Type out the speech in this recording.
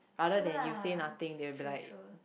true lah true true